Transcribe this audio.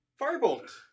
Firebolt